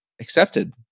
accepted